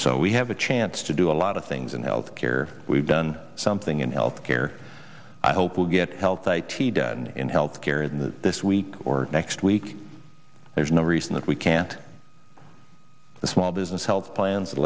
so we have a chance to do a lot of things in health care we've done something and health care i hope will get health eighty done in health care in the this week or next week there's no reason that we can't the small business health plans